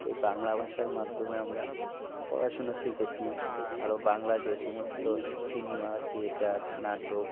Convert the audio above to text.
এই বাংলা ভাষার মাধ্যমে আমরা পড়াশোনা শিখেছি আরও বাংলা যে সমস্ত সিনেমা থিয়েটার নাটক